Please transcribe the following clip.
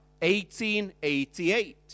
1888